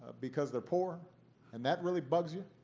because they're poor and that really bugs you?